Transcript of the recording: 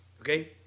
Okay